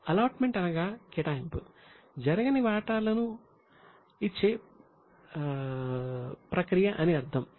allotment అనగా కేటాయింపు జరగని వాటాలను ఇచ్చే ప్రక్రియ అని అర్థం